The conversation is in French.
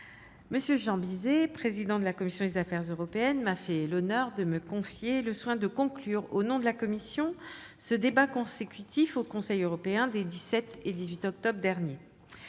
M. Jean Bizet, président de la commission des affaires européennes, m'a fait l'honneur de me confier le soin de conclure, au nom de la commission, ce débat consécutif au Conseil européen des 17 et 18 octobre dernier.